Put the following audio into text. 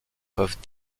peuvent